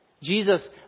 Jesus